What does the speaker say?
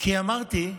כי אמרתי: